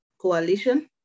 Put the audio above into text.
coalition